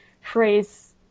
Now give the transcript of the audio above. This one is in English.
phrase